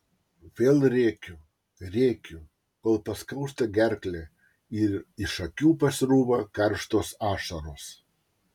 vėl rėkiu rėkiu kol paskausta gerklę ir iš akių pasrūva karštos ašaros